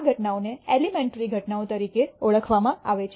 આ ઘટનાઓને એલીમેન્ટરી ઘટનાઓ તરીકે ઓળખવામાં આવે છે